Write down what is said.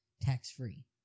tax-free